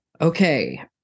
okay